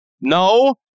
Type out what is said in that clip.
No